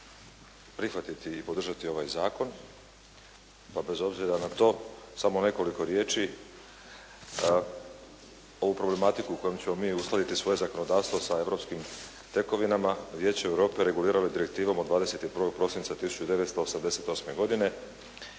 prihvatiti i podržati ovaj zakon, pa bez obzira na to samo nekoliko riječi. Ovu problematiku kojom ćemo mi uskladiti svoje zakonodavstvo sa europskim tekovinama Vijeće Europe reguliralo je direktivom od 21. prosinca 1988. godine